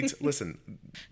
listen